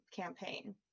campaign